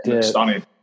stunning